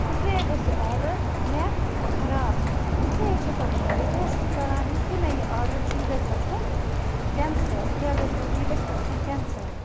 اِسلیے گَژھِ یہِ آڈَر مےٚ خَراب اِسلیے چھَسو بہٕ تۄہہِ رِکویٚسٹ کَران یُس یہِ مےٚ یہِ آڈَر چھُ یہِ گَژھِ گَژھُن کینسل کیاہ گَژھِ گَہ یہِ گَژھِ گَژھُن کینسل